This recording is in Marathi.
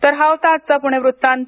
तर हा होता आजचा पुणे वृत्तांत